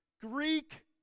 Greek